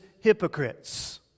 hypocrites